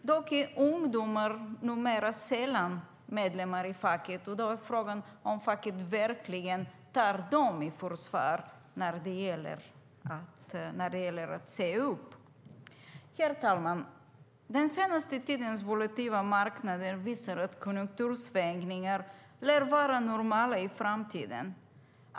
Dock är ungdomar numera sällan medlemmar i facket, och då är frågan om facket verkligen tar dem i försvar när det gäller. Herr talman! Den senaste tidens volatila marknader visar att konjunktursvängningar lär vara det normala i framtiden.